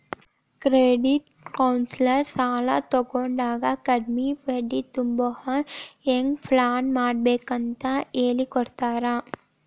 credit counsellor ಸಾಲಾ ತಗೊಂಡಾಗ ಕಡ್ಮಿ ಬಡ್ಡಿ ತುಂಬೊಹಂಗ್ ಹೆಂಗ್ ಪ್ಲಾನ್ಮಾಡ್ಬೇಕಂತ್ ಹೆಳಿಕೊಡ್ತಾರ